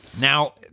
Now